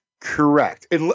Correct